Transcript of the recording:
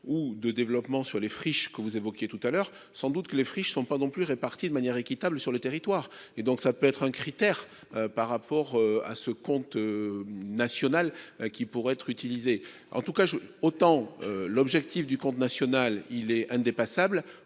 ou de développement sur les friches que vous évoquiez tout à l'heure sans doute que les friches ne sont pas non plus réparti de manière équitable sur le territoire et donc ça peut être un critère. Par rapport à ce compte. National qui pourrait être utilisé en tout cas je autant l'objectif du nationale il est indépassable,